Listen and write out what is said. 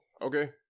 Okay